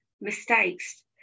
mistakes